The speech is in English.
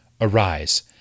Arise